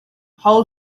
how